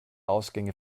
ausgänge